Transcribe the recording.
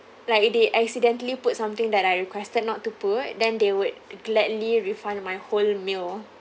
like they accidentally put something that I requested not to put then they would gladly refund my whole meal